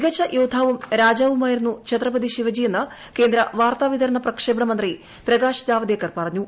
മികച്ച യോദ്ധാവും രാജാവുമായിരുന്നു ഛത്രപതി ശിവജിയെന്ന് കേന്ദ്ര വാർത്താവിതരണ പ്രക്ഷേപണ മന്ത്രി പ്രകാശ് ജാവദേക്കർ പറഞ്ഞു